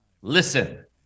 Listen